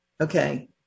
okay